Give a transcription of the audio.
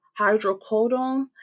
hydrocodone